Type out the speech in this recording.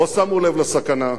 לא שמו לב לסכנה,